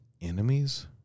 enemies